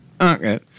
okay